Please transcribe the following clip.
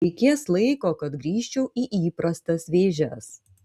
reikės laiko kad grįžčiau į įprastas vėžes